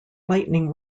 lightning